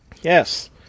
Yes